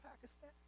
Pakistan